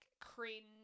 cringe